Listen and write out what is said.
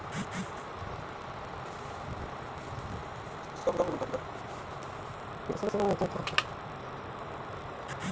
पहिली के जमाना म सब्बो मउसम ह अपन बेरा म आवत रिहिस हे